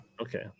Okay